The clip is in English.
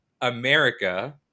America